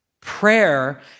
Prayer